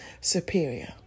superior